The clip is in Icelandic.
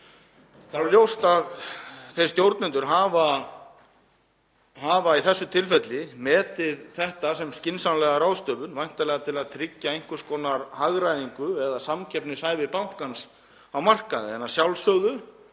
Það er ljóst að þeir stjórnendur hafa í þessu tilfelli metið þetta sem skynsamlega ráðstöfun, væntanlega til að tryggja einhvers konar hagræðingu eða samkeppnishæfi bankans á markaði. En að sjálfsögðu,